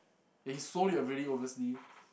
ya he sold it already obviously